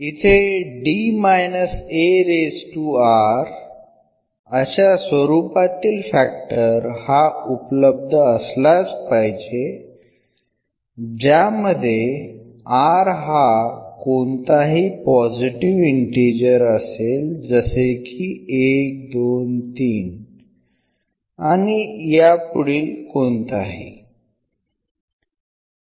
इथे अशा स्वरूपातील फॅक्टर हा उपलब्ध असलाच पाहिजे ज्यामध्ये r हा कोणताही पॉझिटिव्ह इन्टिजर असेल जसे की 1 2 3 आणि या पुढील कोणताही